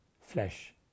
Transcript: flesh